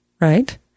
right